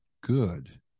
Good